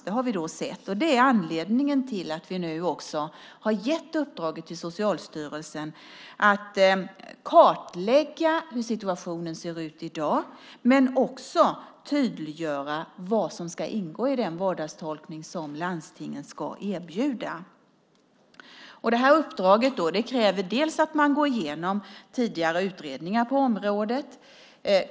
Det har vi sett, och det är anledningen till att vi nu också har gett uppdraget till Socialstyrelsen att kartlägga hur situationen ser ut i dag. De ska också tydliggöra vad som ska ingå i den vardagstolkning som landstingen ska erbjuda. Det här uppdraget kräver dels att man går igenom tidigare utredningar på området.